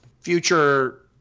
future